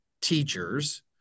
teachers